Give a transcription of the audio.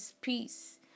peace